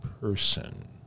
person